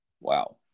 Wow